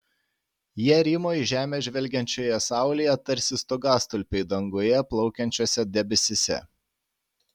jie rymo į žemę žvelgiančioje saulėje tarsi stogastulpiai danguje plaukiančiuose debesyse